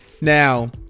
Now